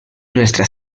nuestra